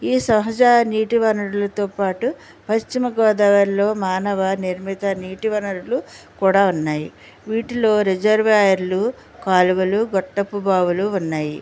ఈ సహజ నీటి వనరులతో పాటు పశ్చిమగోదావరిలో మానవ నిర్మిత నీటి వనరులు కూడా ఉన్నాయి వీటిలో రిజర్వాయర్లు కాలువలు గొట్టపు బావులు ఉన్నాయి